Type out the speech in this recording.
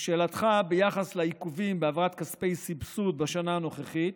לשאלתך ביחס לעיכובים בהעברת כספי סבסוד בשנה הנוכחית,